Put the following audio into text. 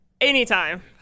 Anytime